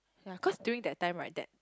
yea cause during that time right that